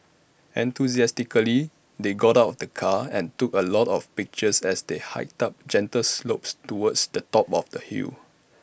enthusiastically they got out of the car and took A lot of pictures as they hiked up gentle slopes towards the top of the hill